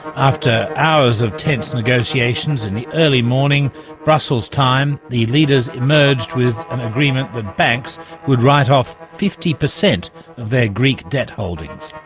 after hours of tense negotiations in the early morning brussels-time, the leaders emerged with an agreement that banks would write off fifty per cent of their greek debt holdings.